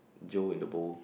jail in a bowl